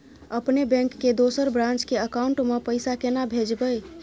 अपने बैंक के दोसर ब्रांच के अकाउंट म पैसा केना भेजबै?